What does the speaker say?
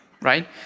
right